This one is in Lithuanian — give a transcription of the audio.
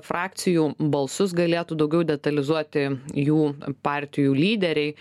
frakcijų balsus galėtų daugiau detalizuoti jų partijų lyderiai